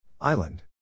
Island